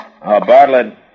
Bartlett